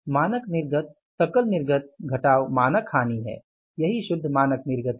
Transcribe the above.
मानक निर्गत सकल निर्गत घटाव मानक हानि है यही शुद्ध मानक निर्गत है